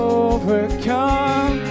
overcome